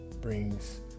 brings